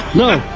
no.